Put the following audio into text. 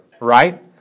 right